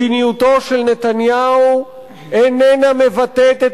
מדיניותו של נתניהו איננה מבטאת את